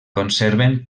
conserven